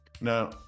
now